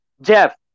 Jeff